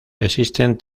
existen